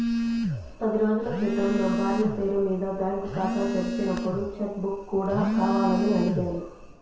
పది రోజుల క్రితం నా భార్య పేరు మీద బ్యాంకు ఖాతా తెరిచినప్పుడు చెక్ బుక్ కూడా కావాలని అడిగాను